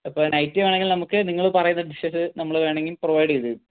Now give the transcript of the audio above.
അപ്പോൾ നൈറ്റ് വേണമെങ്കിൽ നമുക്ക് നിങ്ങൾ പറയുന്ന ഡിഷസ് നമ്മൾ വേണമെങ്കിൽ പ്രൊവൈഡ് ചെയ്ത് തരും